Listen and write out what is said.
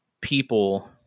people